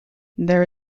there